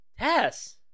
Yes